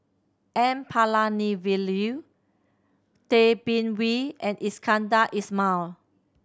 N Palanivelu Tay Bin Wee and Iskandar Ismail